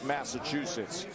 Massachusetts